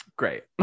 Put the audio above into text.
great